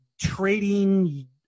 trading